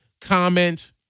Comment